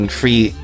free